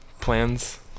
plans